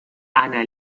anna